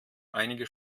einige